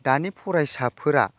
दानि फरायसाफोरा